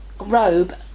robe